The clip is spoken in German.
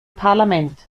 parlament